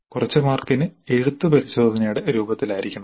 കുറച്ച് മാർക്കിന് എഴുത്തു പരിശോധനയുടെ രൂപത്തിലായിരിക്കണം